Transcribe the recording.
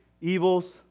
evils